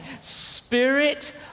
Spirit